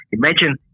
imagine